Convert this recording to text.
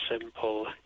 simple